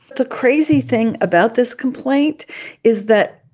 the crazy thing about this complaint is that,